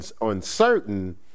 uncertain